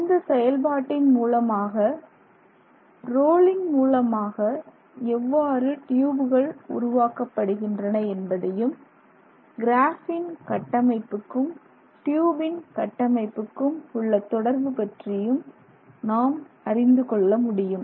இந்த செயல்பாட்டில் மூலமாக ரோலிங் மூலமாக எவ்வாறு டியூபுகள் உருவாக்கப்படுகின்றன என்பதையும் கிராஃப்பின் கட்டமைப்புக்கும் ட்யூபின் கட்டமைப்புக்கும் உள்ள தொடர்பு பற்றியும் நாம் அறிந்து கொள்ள முடியும்